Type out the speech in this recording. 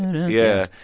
yeah.